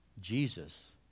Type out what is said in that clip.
Jesus